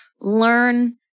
Learn